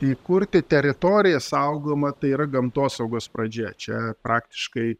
įkurti teritoriją saugomą tai yra gamtosaugos pradžia čia praktiškai